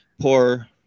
poor